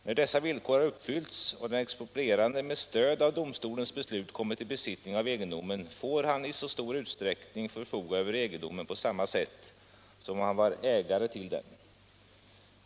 När dessa villkor har uppfyllts och den exproprierande med stöd av domstolens beslut kommit i besittning av egendomen får han i stor utsträckning förfoga över egendomen på samma sätt som om han var ägare till den.